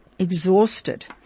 Exhausted